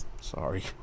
Sorry